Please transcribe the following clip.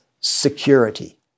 security